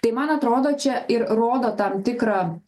tai man atrodo čia ir rodo tam tikrą